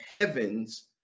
heaven's